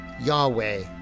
Yahweh